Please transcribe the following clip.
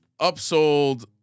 upsold